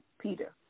Peter